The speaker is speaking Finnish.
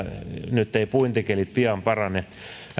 nyt eivät puintikelit pian parane